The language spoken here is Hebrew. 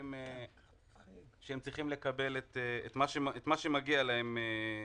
צריכים לקבל את מה שמגיע להם.